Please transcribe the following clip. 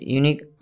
unique